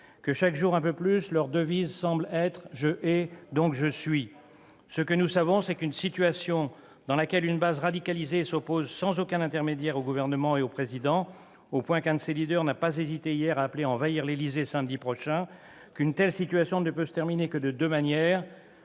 que chaque jour un peu plus leur devise semble être :« Je hais donc je suis. » Ce que nous savons, c'est qu'une situation dans laquelle une base radicalisée s'oppose sans aucun intermédiaire au Gouvernement et au Président de la République, au point qu'un de ses leaders n'a pas hésité hier à appeler à envahir l'Élysée samedi prochain, ne peut se terminer que de deux manières